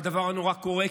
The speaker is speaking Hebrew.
והדבר הנורא קורה,